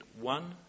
one